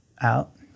out